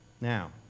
Now